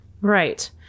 right